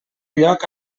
lloc